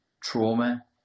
trauma